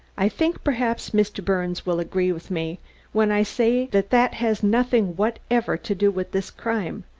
i think, perhaps, mr. birnes will agree with me when i say that that has nothing whatever to do with this crime,